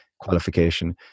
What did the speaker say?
qualification